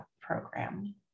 Program